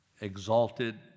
exalted